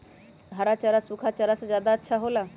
हरा चारा सूखा चारा से का ज्यादा अच्छा हो ला?